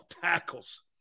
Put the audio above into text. tackles